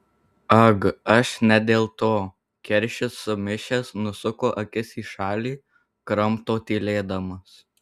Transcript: ag aš ne dėl to keršis sumišęs nusuko akis į šalį kramto tylėdamas